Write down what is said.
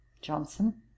johnson